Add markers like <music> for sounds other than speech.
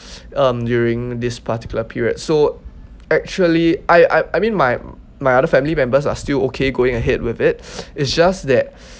um during this particular period so actually I I I mean my my other family members are still okay going ahead with it <noise> it's just that <noise>